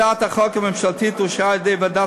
הצעת החוק הממשלתית אושרה על-ידי ועדת